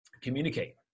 communicate